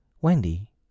Wendy